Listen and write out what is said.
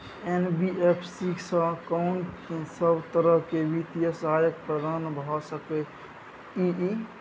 NBFC स कोन सब तरह के वित्तीय सहायता प्रदान भ सके इ? इ